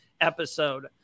episode